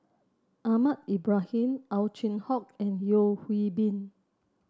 Ahmad Ibrahim Ow Chin Hock and Yeo Hwee Bin